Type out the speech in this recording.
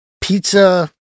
pizza